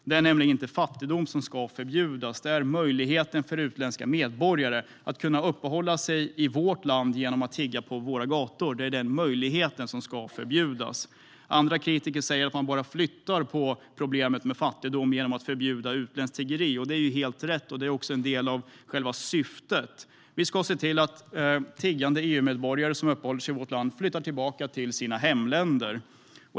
Det är nämligen inte fattigdom som ska förbjudas; det är möjligheten för utländska medborgare att uppehålla sig i vårt land genom att tigga på våra gator. Det är denna möjlighet som ska förbjudas. Andra kritiker säger att man bara flyttar på problemet med fattigdom genom att förbjuda utländskt tiggeri. Det är helt rätt, och det är också en del av själva syftet: Vi ska se till att tiggande EU-medborgare flyttar tillbaka till sina hemländer.